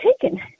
taken